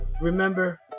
Remember